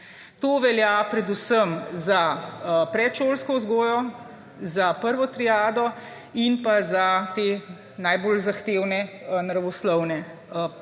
To velja predvsem za predšolsko vzgojo, za prvo triado in za te najbolj zahtevne naravoslovne predmete